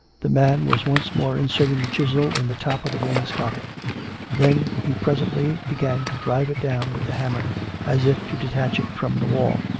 the man was once more inserting the chisel in the top of the wainscoting then he presently began to drive it down with the hammer as if to detach it from the wall.